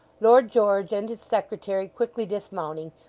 lord george and his secretary quickly dismounting,